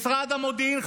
משרד המודיעין,